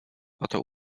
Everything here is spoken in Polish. oto